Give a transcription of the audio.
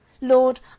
Lord